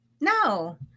No